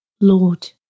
Lord